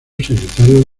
secretario